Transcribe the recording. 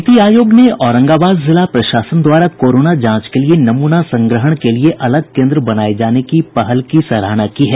नीति आयोग ने औरंगाबाद जिला प्रशासन द्वारा कोरोना जांच के लिए नमूना संग्रहण के लिए अलग केन्द्र बनाये जाने की पहल की सराहना की है